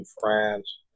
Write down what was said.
France